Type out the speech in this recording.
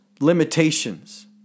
limitations